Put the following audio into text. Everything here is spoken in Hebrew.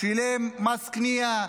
שילם מס קנייה,